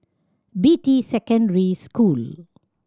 Beatty Secondary School